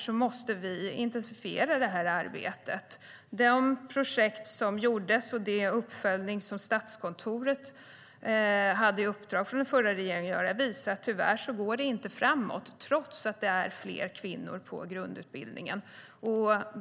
Vi måste därför intensifiera arbetet.De projekt som genomförts och den uppföljning som Statskontoret fick i uppdrag av den förra regeringen att göra visar att det tyvärr inte går framåt, trots att det är fler kvinnor på grundutbildningen.